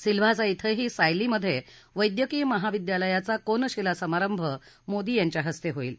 सिल्व्हासा इथंही सायलीमधे वैद्यकीय महाविद्यालयाचा कोनशिला समारंभ त्यांच्या हस्ते होईल